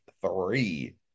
three